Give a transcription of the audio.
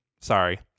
Sorry